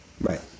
Right